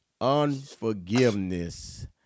unforgiveness